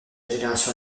génération